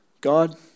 God